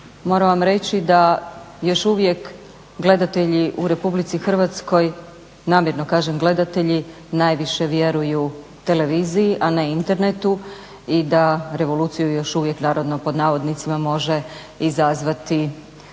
moram vam reći da još uvijek gledatelji u RH, namjerno kažem gledatelji, najviše vjeruju televiziji a ne internetu i da "revoluciju" još uvijek može izazvati slika